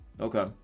Okay